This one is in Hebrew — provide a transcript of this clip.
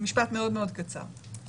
משפט קצר מאוד.